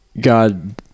God